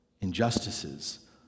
injustices